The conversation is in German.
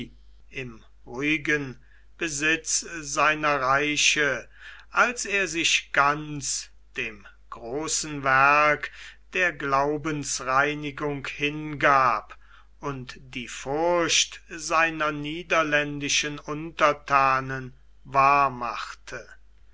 im ruhigen besitz seiner reiche als er sich ganz dem großen werke der glaubensreinigung hingab und die furcht seiner niederländischen unterthanen wahr machte